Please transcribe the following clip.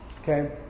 Okay